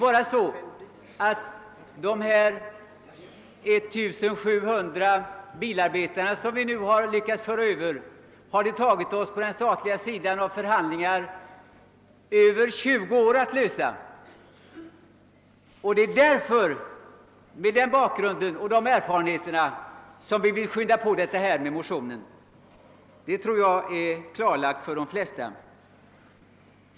Frågan om de drygt 1700 bilarbetare som vi nu lyckats föra över har det emellertid tagit oss på den statliga sidan mer än 20 år att lösa. Det är mot bakgrunden av dessa erfarenheter som vi vill skynda på utvecklingen genom de i motionen föreslagna åtgärderna. Detta tror jag står klart för de flesta.